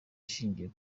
ishingiye